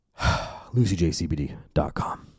LucyJCBD.com